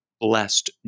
blessed